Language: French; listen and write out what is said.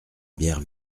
bière